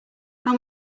how